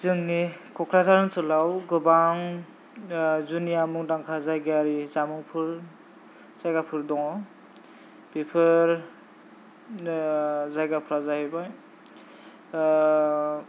जोंनि क'क्राझार ओनसोलाव गोबां जुनिया मुंदांखा जायगायारि जामुंफोर जायगाफोर दङ बेफोर जायगाफ्रा जाहैबाय